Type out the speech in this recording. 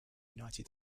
united